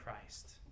Christ